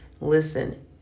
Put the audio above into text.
Listen